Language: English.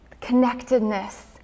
connectedness